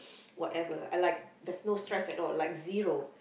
whatever I like there's no stress at all like zero